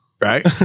Right